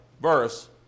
verse